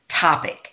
topic